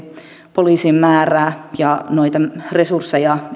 poliisien määrää ja resursseja